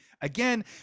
again